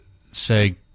say